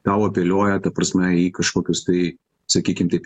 tau apeliuoja ta prasme į kažkokius tai sakykim taip